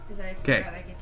Okay